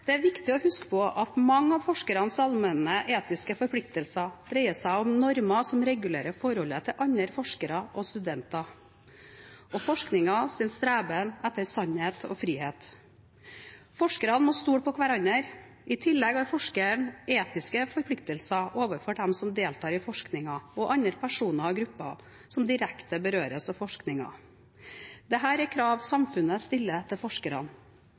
Det er viktig å huske på at mange av forskerens allmenne etiske forpliktelser dreier seg om normer som regulerer forholdet til andre forskere og studenter og forskningens streben etter sannhet og frihet. Forskerne må stole på hverandre. I tillegg har forskeren etiske forpliktelser overfor dem som deltar i forskningen og andre personer og grupper som direkte berøres av forskningen. Dette er krav samfunnet stiller til forskerne.